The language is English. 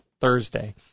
Thursday